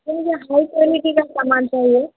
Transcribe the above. س یہے high quality کا سامان چاہیے